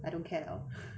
I don't care leh